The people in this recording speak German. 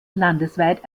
landesweit